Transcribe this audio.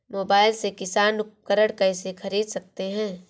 Mobile से किसान उपकरण कैसे ख़रीद सकते है?